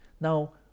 Now